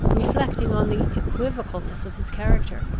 reflecting on the equivocalness of his character,